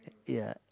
ya